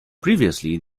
previously